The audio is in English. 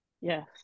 Yes